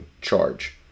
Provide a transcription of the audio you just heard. charge